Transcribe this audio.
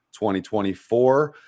2024